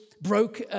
broke